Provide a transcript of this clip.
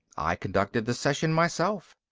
i conducted the session myself.